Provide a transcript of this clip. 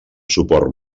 suport